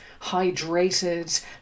hydrated